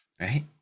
Right